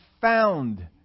found